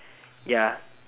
ya